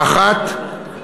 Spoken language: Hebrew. האחת,